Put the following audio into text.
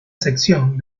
sección